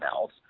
else